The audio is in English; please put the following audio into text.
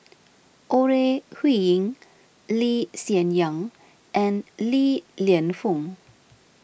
Ore Huiying Lee Hsien Yang and Li Lienfung